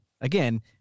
again